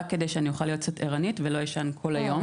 רק כדי שאני אוכל להיות קצת ערנית ולא אשן כל היום,